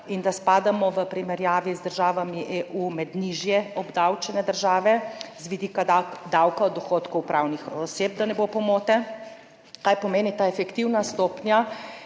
in da spadamo v primerjavi z državami EU med nižje obdavčene države z vidika davka od dohodkov pravnih oseb, da ne bo pomote. Kaj pomeni ta efektivna stopnja,